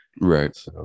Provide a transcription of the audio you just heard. Right